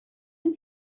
and